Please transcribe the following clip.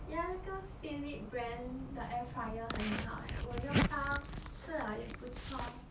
ya 那个 philips brand 的 air fryer 很好 eh 我用到吃了也不臭